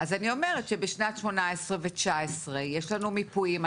אז אני אומרת שבנת 2018 ו-2019 יש לנו מיפויים,